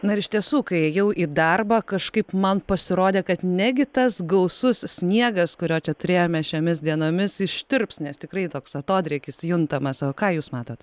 na ir iš tiesų kai ėjau į darbą kažkaip man pasirodė kad negi tas gausus sniegas kurio čia turėjome šiomis dienomis ištirps nes tikrai toks atodrėkis juntamas o ką jūs matot